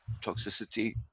toxicity